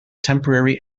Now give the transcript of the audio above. temporary